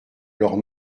leurs